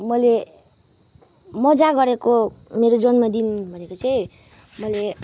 मैले मजा गरेको मेरो जन्मदिन भनेको चाहिँ मैले